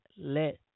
let